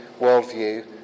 worldview